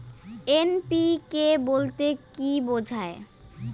NPK বলতে কী বোঝায়?